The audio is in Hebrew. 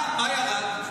מה ירד?